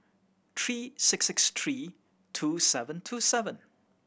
three six six three two seven two seven